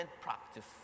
practice